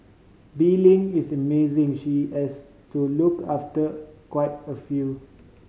Bee Ling is amazing she has to look after quite a few